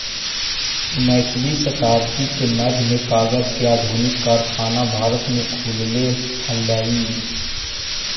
उन्नीसवीं शताब्दी के मध्य में कागज के आधुनिक कारखाना भारत में खुलले हलई